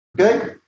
Okay